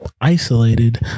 isolated